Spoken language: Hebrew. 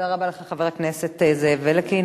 תודה רבה לך, חבר הכנסת זאב אלקין.